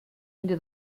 into